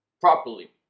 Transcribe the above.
properly